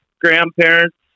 grandparents